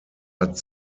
hat